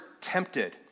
tempted